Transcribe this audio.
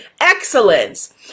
excellence